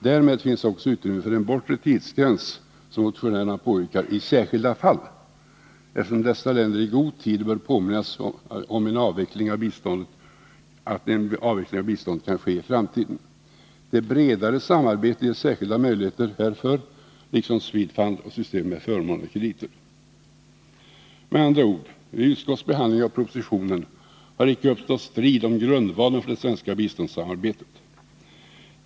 Därmed finns också utrymme för en bortre tidsgräns — som motionärerna påyrkar — i särskilda fall, eftersom dessa länder i god tid bör påminnas om att en avveckling av biståndet kan ske i framtiden. Det bredare samarbetet ger särskila möjligheter därför liksom Swedfund och systemet med förmånliga krediter. Med andra ord: Vid utskottets behandling av propositionen har icke uppstått strid om grundvalen för det svenska biståndssamarbetet.